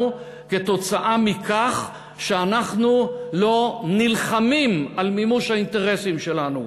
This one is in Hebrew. על כך שאנחנו לא נלחמים על מימוש האינטרסים שלנו.